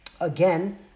again